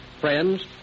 Friends